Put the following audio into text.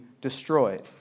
destroyed